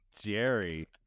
Jerry